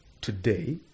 today